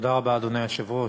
אדוני היושב-ראש,